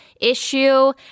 Issue